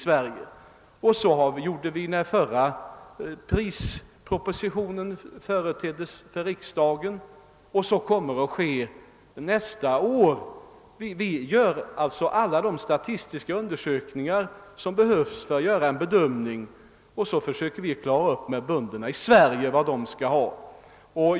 Så gjorde vi innan förra prispropositionen förelades riksdagen. Så kommer att ske nästa år. Vi utför alla de statistiska undersökningar som behövs för att göra en bedömning. Sedan försöker vi klara upp med bönderna i Sverige vad de skall ha.